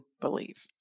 believe